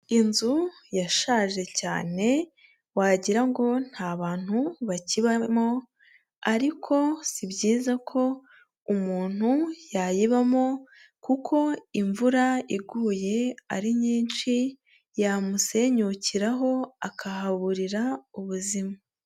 Inzu yashaje cyane wagira ngo nta bantu bakibamo ariko si byiza ko umuntu yayibamo, kuko imvura iguye ari nyinshi yamusenyukiraho akahaburira ubuzima.